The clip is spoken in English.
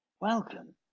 welcome